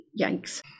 Yikes